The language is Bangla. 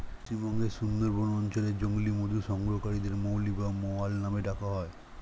পশ্চিমবঙ্গের সুন্দরবন অঞ্চলে জংলী মধু সংগ্রাহকদের মৌলি বা মৌয়াল নামে ডাকা হয়